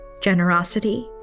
Generosity